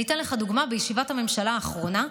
אני אתן לך דוגמה: בישיבת הממשלה האחרונה,